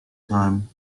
time